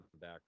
back